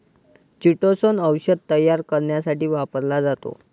chitosan औषध तयार करण्यासाठी वापरला जातो